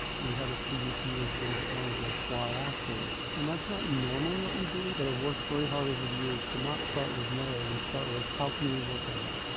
we had a student a few years ago that wanted to fly actors, and that's not normally what we do. but i've worked very hard over the years to not start with no. you start with, how can we work on that?